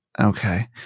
Okay